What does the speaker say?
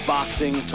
Boxing